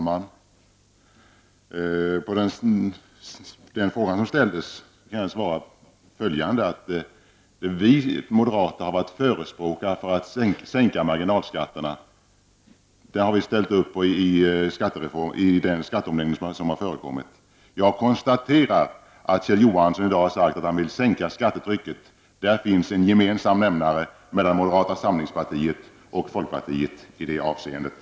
Herr talman! Som svar på ställd fråga kan jag säga följande: Vi moderater har förespråkat sänkta marginalskatter. En sådan åtgärd har vi alltså ställt upp på i den skatteomläggning som har förekommit. Jag konstaterar att Kjell Johansson i dag har sagt att han vill ha sänkt skattetryck. Det finns alltså en gemensam nämnare när det gäller moderata samlingspartiet och folkpartiet i det avseendet.